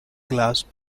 glass